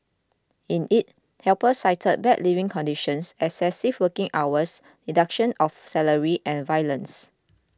in it helpers cited bad living conditions excessive working hours deduction of salary and violence